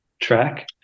track